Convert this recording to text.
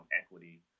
equity